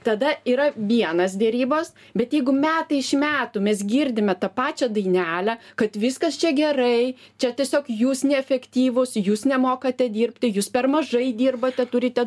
tada yra vienas derybos bet jeigu metai iš metų mes girdime tą pačią dainelę kad viskas čia gerai čia tiesiog jūs neefektyvūs jūs nemokate dirbti jūs per mažai dirbate turite